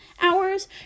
hours